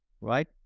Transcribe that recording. right